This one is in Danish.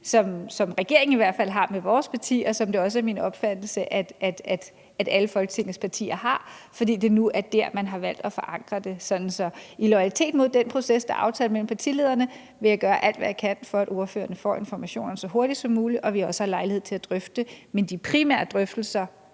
i regeringen i hvert fald har med vores parti, og som det også er min opfattelse at alle Folketingets partier har, fordi det nu er der, man har valgt at forankre det. Så i loyalitet med den proces, der er aftalt mellem partilederne, vil jeg gøre alt, hvad jeg kan, for at ordførerne får informationerne så hurtigt som muligt, og så vi også har lejlighed til at drøfte det. Men de primære drøftelser,